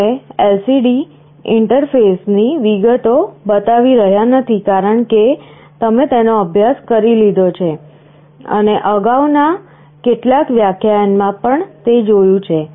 અમે LCD ઇન્ટરફેસની વિગતો બતાવી રહ્યાં નથી કારણ કે તમે તેનો અભ્યાસ કરી લીધો છે અને અગાઉના કેટલાક વ્યાખ્યાનમાં પણ તે જોયું છે